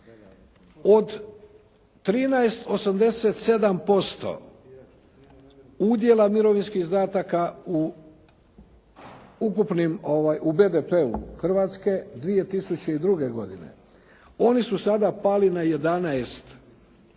Od 13,87% udjela mirovinskih izdataka u ukupnim, u BDP-u Hrvatske 2002. godine oni su sada pali na